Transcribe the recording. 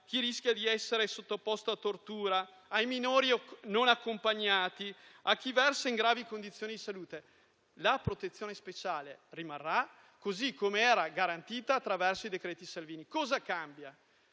chi rischia di essere sottoposto a torture, per i minori non accompagnati o per chi versa in gravi condizioni di salute, la protezione speciale rimarrà, così com'era garantita attraverso i decreti Salvini. Cosa cambia?